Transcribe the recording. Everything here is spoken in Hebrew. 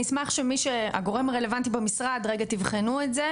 אשמח שהגורמים הרלוונטיים במשרד יבחנו את זה,